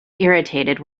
irritated